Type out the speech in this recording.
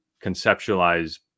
conceptualize